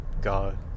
God